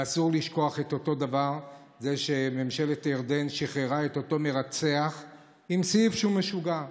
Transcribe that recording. אסור לשכוח שממשלת ירדן שחררה את אותו מרצח בסעיף שהוא משוגע.